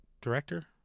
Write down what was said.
director